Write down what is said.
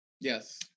Yes